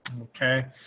okay